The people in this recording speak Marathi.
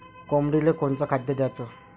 कोंबडीले कोनच खाद्य द्याच?